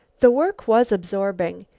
the work was absorbing,